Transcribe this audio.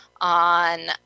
on –